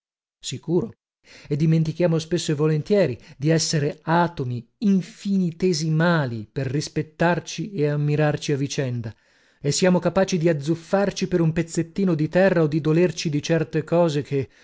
sicuro e dimentichiamo spesso e volentieri di essere atomi infinitesimali per rispettarci e ammirarci a vicenda e siamo capaci di azzuffarci per un pezzettino di terra o di dolerci di certe cose che